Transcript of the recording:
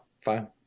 fine